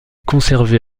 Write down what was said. conservée